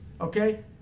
Okay